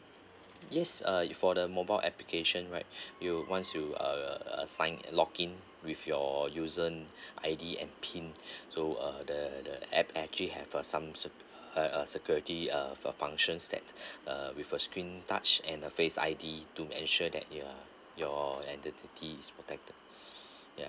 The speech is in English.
yes uh for the mobile application right you once you uh uh sign login with your username I_D and P_I_N so uh the the app actually have uh some sec~ uh uh security uh function that uh with a screen touched and the face I_D to ensure that you are your identity is protected ya